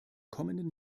kommenden